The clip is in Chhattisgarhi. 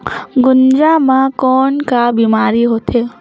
गुनजा मा कौन का बीमारी होथे?